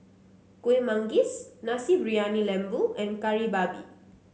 Kueh Manggis Nasi Briyani Lembu and Kari Babi